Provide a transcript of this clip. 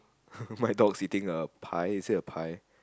my dog sitting a pie is it a pie